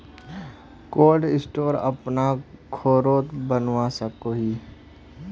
Cold store अपना घोरोत बनवा सकोहो ही?